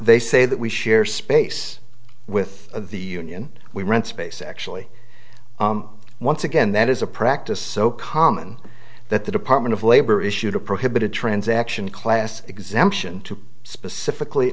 they say that we share space with the union we rent space actually once again that is a practice so common that the department of labor issued a prohibited transaction class exemption to specifically